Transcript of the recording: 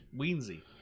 weensy